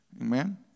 Amen